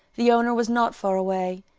the owner was not far away,